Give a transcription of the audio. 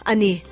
Ani